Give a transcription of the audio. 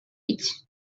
age